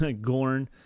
Gorn